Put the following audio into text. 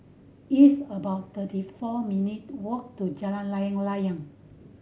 it's about thirty four minute walk to Jalan Layang Layang